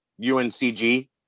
UNCG